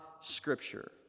Scripture